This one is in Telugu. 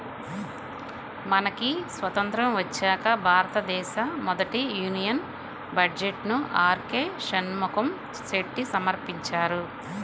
మనకి స్వతంత్రం వచ్చాక భారతదేశ మొదటి యూనియన్ బడ్జెట్ను ఆర్కె షణ్ముఖం చెట్టి సమర్పించారు